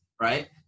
right